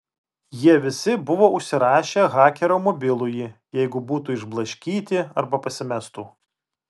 jie visi buvo užsirašę hakerio mobilųjį jeigu būtų išblaškyti arba pasimestų